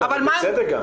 אבל מה --- בצדק.